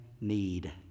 need